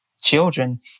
Children